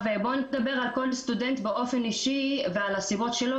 בוא נדבר על כל סטודנט באופן אישי ועל הסיבות שלו.